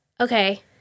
Okay